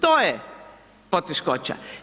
To je poteškoća.